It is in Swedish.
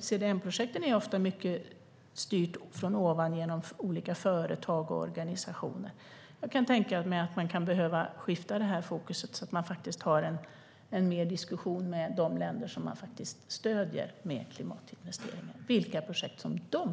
CDM-projekten är ofta styrda från ovan genom olika företag och organisationer. Jag kan tänka mig att man behöver skifta fokus så att man har mer av en diskussion om vilka projekt som de länder som man stöder genom klimatinvesteringar